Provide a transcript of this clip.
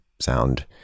sound